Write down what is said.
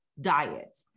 diet